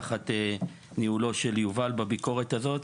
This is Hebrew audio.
תחת ניהולו של יובל בביקורת הזו.